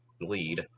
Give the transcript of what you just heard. lead